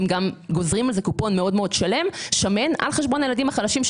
הם גם גוזרים על זה קופון שמן מאוד על חשבון הילדים החלשים,